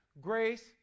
grace